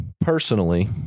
personally